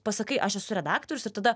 pasakai aš esu redaktorius ir tada